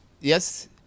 yes